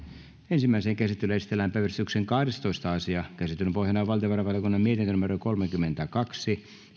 ensimmäiseen käsittelyyn esitellään päiväjärjestyksen kahdestoista asia käsittelyn pohjana on valtiovarainvaliokunnan mietintö kolmekymmentäkaksi